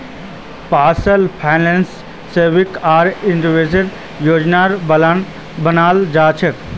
personal फाइनेंसत saving आर इन्वेस्टमेंटेर योजना बनाल जा छेक